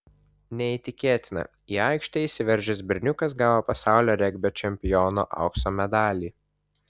neįtikėtina į aikštę įsiveržęs berniukas gavo pasaulio regbio čempiono aukso medalį